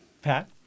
Pat